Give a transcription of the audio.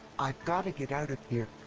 i've gotta get out of here.